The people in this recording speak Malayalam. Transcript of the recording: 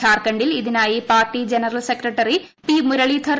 ത്ധാർഖണ്ഡിൽ ഇതിനായി party general secretary Muralidhar P